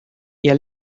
ihr